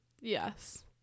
yes